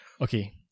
Okay